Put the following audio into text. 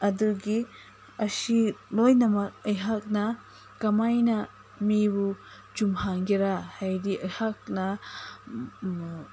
ꯑꯗꯨꯒꯤ ꯑꯁꯤ ꯂꯣꯏꯅꯃꯛ ꯑꯩꯍꯥꯛꯅ ꯀꯃꯥꯏꯅ ꯃꯤꯕꯨ ꯆꯨꯝꯍꯟꯒꯦꯔꯥ ꯍꯥꯏꯔꯗꯤ ꯑꯩꯍꯥꯛꯅ